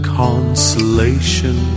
consolation